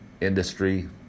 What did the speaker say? industry